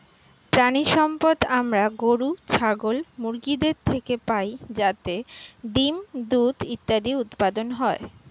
প্রাণিসম্পদ আমরা গরু, ছাগল, মুরগিদের থেকে পাই যাতে ডিম্, দুধ ইত্যাদি উৎপাদন হয়